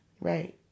Right